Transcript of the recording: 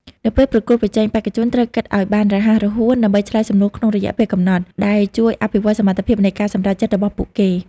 នៅពេលប្រកួតប្រជែងបេក្ខជនត្រូវគិតឲ្យបានរហ័សរហួនដើម្បីឆ្លើយសំណួរក្នុងរយៈពេលកំណត់ ដែលជួយអភិវឌ្ឍន៍សមត្ថភាពនៃការសម្រេចចិត្តរបស់ពួកគេ។